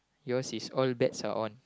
yours is old bags are owned